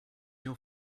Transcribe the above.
your